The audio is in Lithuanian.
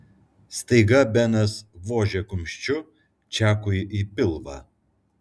staiga benas vožė kumščiu čakui į pilvą